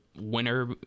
winner